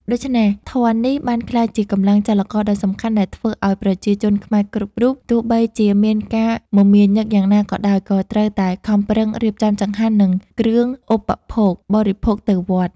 ដូច្នេះ ធម៌នេះបានក្លាយជាកម្លាំងចលករដ៏សំខាន់ ដែលធ្វើឱ្យប្រជាជនខ្មែរគ្រប់រូប ទោះបីជាមានការមមាញឹកយ៉ាងណាក៏ដោយ ក៏ត្រូវតែខំប្រឹងរៀបចំចង្ហាន់ និងគ្រឿងឧបភោគបរិភោគទៅវត្ត។